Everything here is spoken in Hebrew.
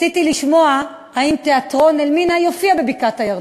רציתי לשמוע אם תיאטרון "אלמינא" יופיע בבקעת-הירדן,